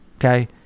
Okay